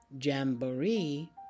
jamboree